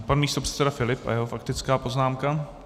Pan místopředseda Filip a jeho faktická poznámka.